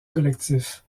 collectif